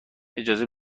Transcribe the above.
اجازه